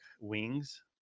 wings